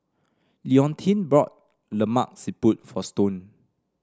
Leontine bought Lemak Siput for Stone